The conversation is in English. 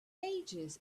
ages